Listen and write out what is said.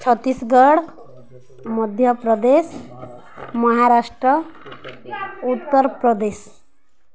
Chhattisgarh Madhya Pradesh Maharashtra Uttar Pradesh